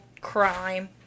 crime